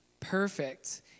perfect